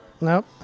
Nope